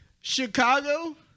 Chicago